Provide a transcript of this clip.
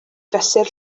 fesur